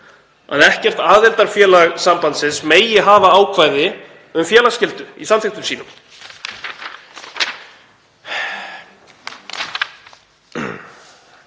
að ekkert aðildarfélaga sambandsins megi hafa ákvæði um félagsskyldu í samþykktum sínum.